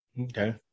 Okay